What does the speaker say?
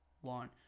One